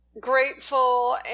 grateful